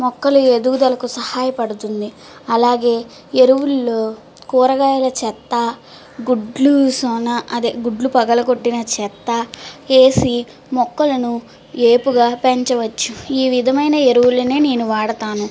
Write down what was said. మొక్కలు ఎదుగుదలకు సహాయపడుతుంది అలాగే ఎరువుల్లో కూరగాయల చెత్త గుడ్లుసొన అదే గుడ్లు పగలకొట్టిన చెత్త వేసి మొక్కలను ఏపుగా పెంచవచ్చు ఈవిధమైన ఎరువులను నేను వాడతాను